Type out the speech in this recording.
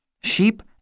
Sheep